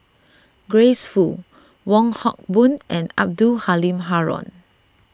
Grace Fu Wong Hock Boon and Abdul Halim Haron